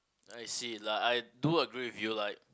I see like I do agree with you like